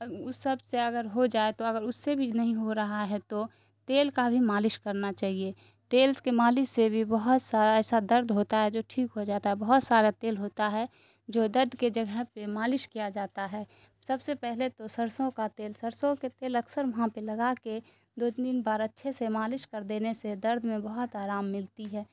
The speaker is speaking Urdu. اس سب سے اگر ہو جائے تو اگر اس سے بھی نہیں ہو رہا ہے تو تیل کا بھی مالش کرنا چاہیے تیل کے مالش سے بھی بہت سارا ایسا درد ہوتا ہے جو ٹھیک ہو جاتا ہے بہت سارا تیل ہوتا ہے جو درد کے جگہ پہ مالش کیا جاتا ہے سب سے پہلے تو سرسوں کا تیل سرسوں کے تیل اکثر وہاں پہ لگا کے دو تین بار اچھے سے مالش کر دینے سے درد میں بہت آرام ملتی ہے